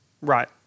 Right